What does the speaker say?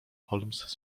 holmes